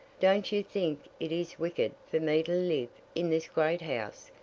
don't you think it is wicked for me to live in this great house,